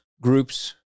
groups